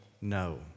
No